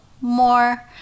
more